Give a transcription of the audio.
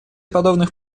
подобных